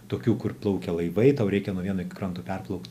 tokių kur plaukia laivai tau reikia vieno kranto perplaukt